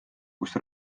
kus